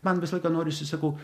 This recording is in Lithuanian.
man visą laiką norisi sakau